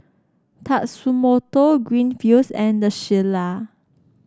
Tatsumoto Greenfields and The Shilla